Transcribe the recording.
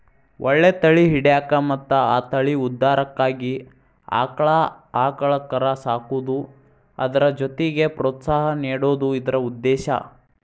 ಒಳ್ಳೆ ತಳಿ ಹಿಡ್ಯಾಕ ಮತ್ತ ಆ ತಳಿ ಉದ್ಧಾರಕ್ಕಾಗಿ ಆಕ್ಳಾ ಆಕಳ ಕರಾ ಸಾಕುದು ಅದ್ರ ಜೊತಿಗೆ ಪ್ರೋತ್ಸಾಹ ನೇಡುದ ಇದ್ರ ಉದ್ದೇಶಾ